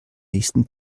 nächsten